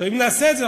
אם נעשה את זה,